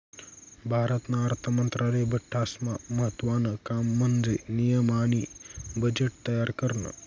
भारतना अर्थ मंत्रालयानं बठ्ठास्मा महत्त्वानं काम म्हन्जे नियम आणि बजेट तयार करनं